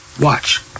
Watch